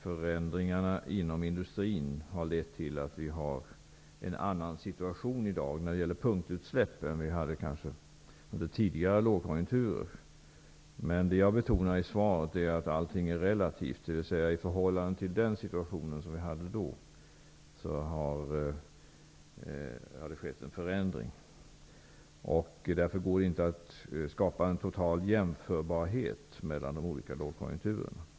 Förändringarna inom industrin kan sägas ha lett till att situationen när det gäller punktutsläpp är en annan i dag än under tidigare lågkonjunkturer. Det jag betonar i svaret är att allting är relativt, dvs. att det i förhållande till den situation som vi då hade har skett en förändring. Därför går det inte att skapa en total jämförbarhet mellan de olika lågkonjunkturerna.